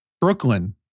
Brooklyn